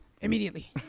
Immediately